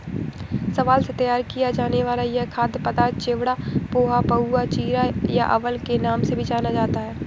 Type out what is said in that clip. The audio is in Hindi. चावल से तैयार किया जाने वाला यह खाद्य पदार्थ चिवड़ा, पोहा, पाउवा, चिरा या अवल के नाम से भी जाना जाता है